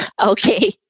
Okay